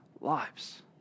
lives